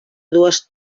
dues